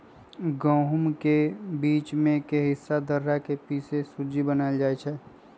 गहुम के बीच में के हिस्सा दर्रा से पिसके सुज्ज़ी बनाएल जाइ छइ